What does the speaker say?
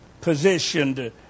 positioned